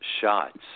shots